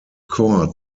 court